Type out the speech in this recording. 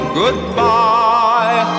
goodbye